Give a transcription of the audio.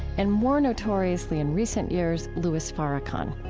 and more notoriously in recent years, louis farrakhan.